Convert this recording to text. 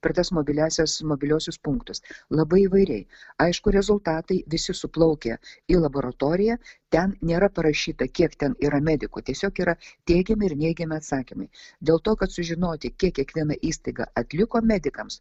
per tas mobiliąsias mobiliuosius punktus labai įvairiai aišku rezultatai visi suplaukia į laboratoriją ten nėra parašyta kiek ten yra medikų tiesiog yra teigiami ir neigiami atsakymai dėl to kad sužinoti kiek kiekviena įstaiga atliko medikams